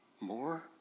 more